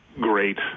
great